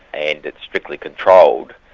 and it's strictly controlled,